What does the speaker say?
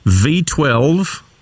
V12